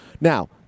Now